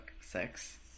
six